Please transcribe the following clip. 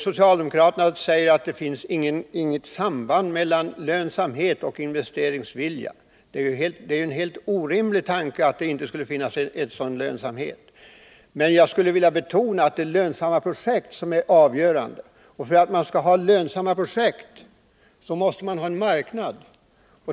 Socialdemokraterna säger att det finns inget samband mellan lönsamhet och investeringsvilja. Det är en helt orimlig tanke. Jag vill betona att det är lönsamma projekt som är avgörande för investeringsviljan. Och för att få lönsamma projekt måste man ha en växande marknad.